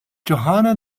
johanna